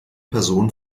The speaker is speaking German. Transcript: person